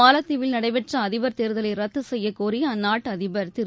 மாலத்தீவில் நடைபெற்ற அதிபர் தேர்தலை ரத்து செய்யக்கோரி அந்நாட்டு அதிபர் திரு